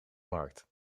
markt